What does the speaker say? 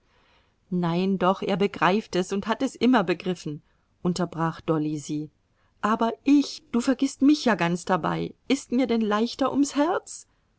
nein doch er begreift es und hat es immer begriffen unterbrach dolly sie aber ich du vergißt mich ja ganz dabei ist mir denn leichter ums herz